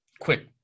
quick